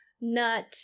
nut